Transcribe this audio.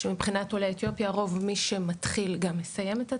שמבחינת עולי אתיופיה רוב מי שמתחיל גם מסיים את התהליך,